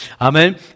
Amen